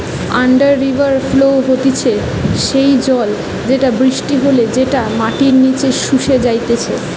under river flow হতিছে সেই জল যেটা বৃষ্টি হলে যেটা মাটির নিচে শুষে যাইতিছে